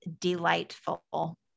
delightful